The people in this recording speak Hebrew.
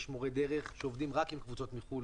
יש מורי דרך שעובדים רק עם קבוצות מחו"ל,